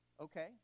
okay